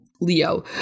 Leo